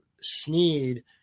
Sneed